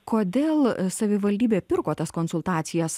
kodėl savivaldybė pirko tas konsultacijas